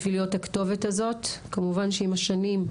בשביל להיות הכתובת הזאת, כמובן שעם השנים,